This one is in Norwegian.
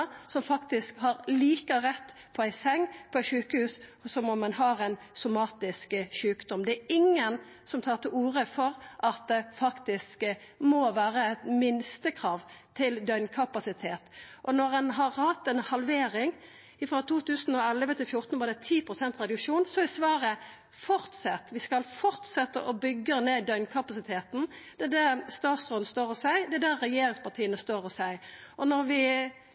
som faktisk har like stor rett på ei seng på eit sjukehus som dei som har ein somatisk sjukdom. Det er ingen som tar til orde for at det må vera eit minstekrav til døgnkapasitet. Når ein har hatt ei halvering – frå 2011 til 2014 var det 10 pst. reduksjon – er svaret at vi skal fortsetja å byggja ned døgnkapasiteten. Det er det statsråden står og seier, det er det regjeringspartia står og seier. Når vi